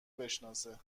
بشناسه